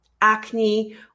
acne